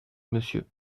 monsieur